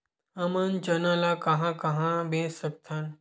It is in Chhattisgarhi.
हमन चना ल कहां कहा बेच सकथन?